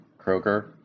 Kroger